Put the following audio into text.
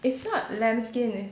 it's not lamb skin leh